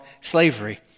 slavery